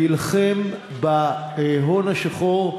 להילחם בהון השחור.